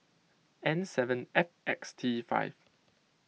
N seven F X T five